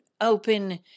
open